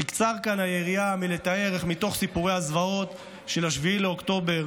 תקצר כאן היריעה מלתאר איך מתוך סיפורי הזוועות של 7 באוקטובר